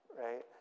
right